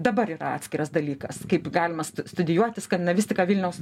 dabar yra atskiras dalykas kaip galima studijuoti skandinavistiką vilniaus